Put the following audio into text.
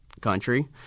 country